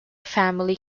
family